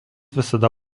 visada